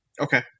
okay